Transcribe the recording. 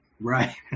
Right